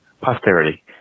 posterity